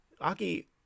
Aki